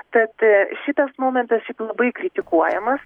tad šitas momentas šiaip labai kritikuojamas